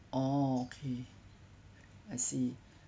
oh okay I see